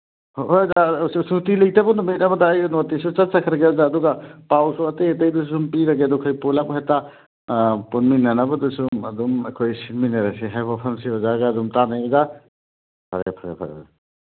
ꯍꯣ ꯍꯣꯏ ꯑꯣꯖꯥ ꯁꯨꯇꯤ ꯂꯩꯇꯕ ꯅꯨꯃꯤꯠ ꯑꯃꯗ ꯑꯩ ꯅꯣꯇꯤꯁꯇꯨ ꯆꯠꯆꯈ꯭ꯔꯒꯦ ꯑꯣꯖꯥ ꯑꯗꯨꯒ ꯄꯥꯎꯁꯨ ꯑꯇꯩ ꯑꯇꯩꯗ ꯁꯨꯝ ꯄꯤꯔꯒꯦ ꯑꯗꯨ ꯑꯩꯈꯣꯏ ꯄꯨꯂꯞ ꯍꯦꯛꯇ ꯄꯨꯟꯃꯤꯟꯅꯅꯕꯗꯨꯁꯨ ꯑꯗꯨꯝ ꯑꯩꯈꯣꯏ ꯁꯤꯟꯃꯤꯟꯅꯔꯁꯤ ꯍꯥꯏꯕ ꯋꯥꯐꯝꯁꯤ ꯑꯣꯖꯥꯒ ꯑꯗꯨꯝ ꯇꯥꯅꯩ ꯑꯣꯖꯥ ꯐꯔꯦ ꯐꯔꯦ ꯐꯔꯦ